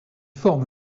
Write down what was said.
forme